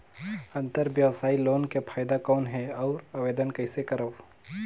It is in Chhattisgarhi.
अंतरव्यवसायी लोन के फाइदा कौन हे? अउ आवेदन कइसे करव?